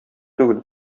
түгел